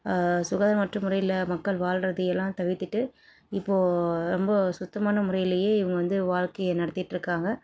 சுகாதாரமற்ற முறையில் மக்கள் வாழ்கிறது எல்லாம் தவிர்த்திட்டு இப்போது ரொம்ப சுத்தமான முறையிலேயே இவங்க வந்து வாழ்க்கைய நடத்திட்டிருக்காங்க